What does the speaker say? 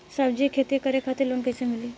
सब्जी के खेती करे खातिर लोन कइसे मिली?